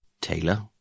Taylor